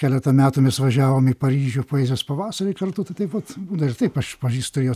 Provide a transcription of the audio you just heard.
keletą metų mes važiavom į paryžių poezijos pavasarį kartu tai taip pat na ir taip aš pažįstu jo